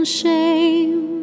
shame